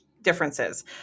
differences